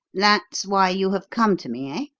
that's why you have come to me, ah?